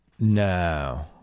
no